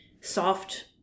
soft